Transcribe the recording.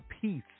peace